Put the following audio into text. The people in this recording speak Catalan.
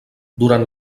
durant